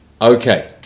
Okay